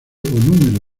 número